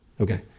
Okay